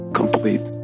complete